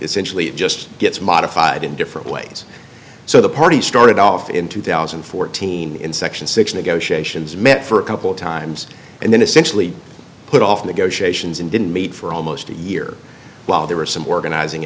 essentially it just gets modified in different ways so the party started off in two thousand and fourteen in section six negotiations met for a couple of times and then essentially put off negotiations and didn't meet for almost a year while there were some organizing